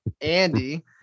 Andy